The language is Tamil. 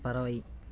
பறவை